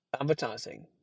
advertising